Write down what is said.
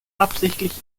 absichtlich